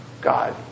God